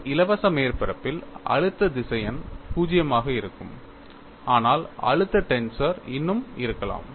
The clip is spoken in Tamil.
ஒரு இலவச மேற்பரப்பில் அழுத்த திசையன் 0 ஆக இருக்கும் ஆனால் அழுத்த டென்சர் இன்னும் இருக்கலாம்